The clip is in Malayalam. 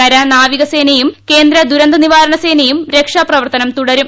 കര നാവികസേനയും കേന്ദ്ര ദുരന്ത നിവാരണസേനയും രക്ഷാപ്രവർത്തനം തുടരും